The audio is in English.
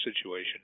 situation